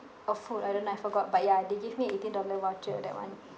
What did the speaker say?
a food I don't know I forgot but ya they give me eighteen dollar voucher that one